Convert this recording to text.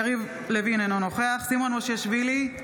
יריב לוין, אינו נוכח סימון מושיאשוילי,